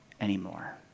anymore